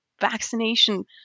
vaccination